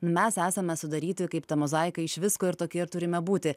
mes esame sudaryti kaip ta mozaika iš visko ir tokie ir turime būti